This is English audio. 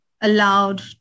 allowed